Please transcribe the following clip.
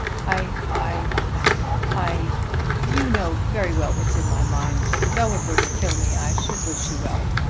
i i i you know very well what's in my mind. though it were to kill me, i should wish you well.